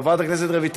חבר הכנסת עמר בר-לב,